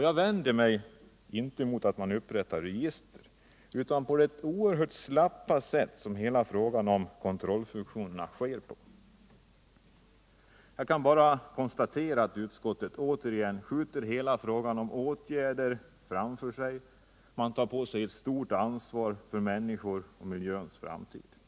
Jag vänder mig inte mot att upprätta register utan mot det oerhört slappa sätt som hela frågan om kontrollfunktionerna hanteras på. Jag kan bara konstatera att utskottet skjuter hela frågan om åtgärder framför sig. Utskottet tar på sig ett stort ansvar för människorna och den framtida miljön.